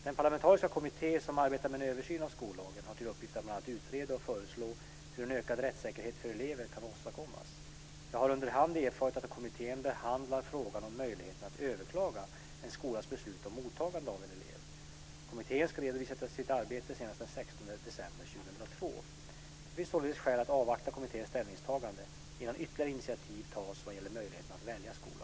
Den parlamentariska kommitté som arbetar med en översyn av skollagen har till uppgift att bl.a. utreda och föreslå hur en ökad rättssäkerhet för eleverna kan åstadkommas. Jag har under hand erfarit att kommittén behandlar frågan om möjligheten att överklaga en skolas beslut om mottagande av en elev. Kommittén ska redovisa sitt arbete senast den 16 december 2002. Det finns således skäl att avvakta kommitténs ställningstaganden innan ytterligare initiativ tas vad gäller möjligheten att välja skola.